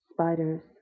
spiders